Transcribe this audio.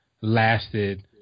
lasted